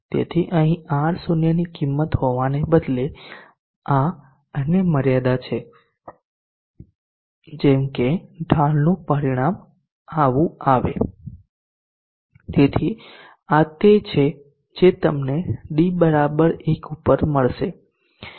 તેથી અહીં R0ની કિંમત હોવાને બદલે આ અન્ય મર્યાદા છે જેમ કે ઢાળ નું પરિણામ આવું આવે તેથી આ તે છે જે તમને d 1 પર મળશે